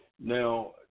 Now